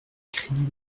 crédits